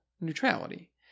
neutrality